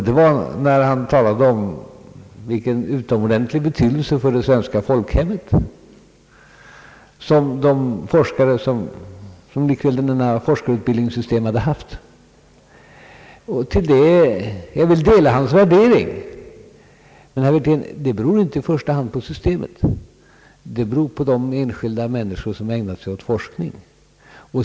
Det var när han talade om vilken utomordentlig betydelse för det svenska folkhemmet som likväl denna forskarutbildning har haft. Jag vill dela hans värdering men, herr Wirtén, det beror inte i första hand på systemet utan på de enskilda människor som ägnat sig åt forskning.